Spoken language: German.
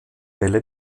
welle